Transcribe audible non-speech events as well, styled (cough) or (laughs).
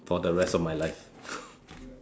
for the rest of my life (laughs)